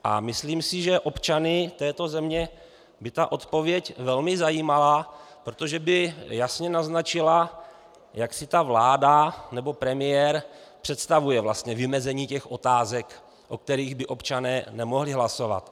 A myslím si, že občany této země by ta odpověď velmi zajímala, protože by jasně naznačila, jak si ta vláda nebo premiér představují vymezení těch otázek, o kterých by občané nemohli hlasovat.